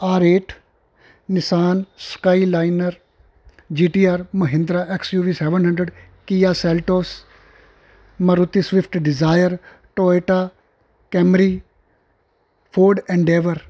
R eight Nissan skyline G T R Mahindra XUV seven hundred Kia Seltos Maruti swift Dzire Toyota Camry ford endeavour